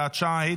הוראת שעה),